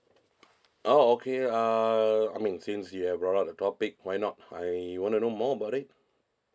ah okay uh I mean since you have brought up the topic why not I want to know more about it